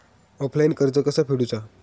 Offline कर्ज कसा फेडूचा?